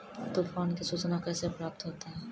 तुफान की सुचना कैसे प्राप्त होता हैं?